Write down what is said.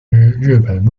日本